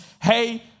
hey